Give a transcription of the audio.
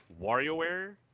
WarioWare